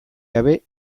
gabe